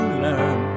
learn